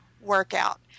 workout